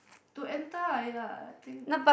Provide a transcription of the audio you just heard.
to enter !aiya! I think